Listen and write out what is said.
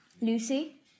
Lucy